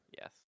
Yes